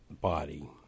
body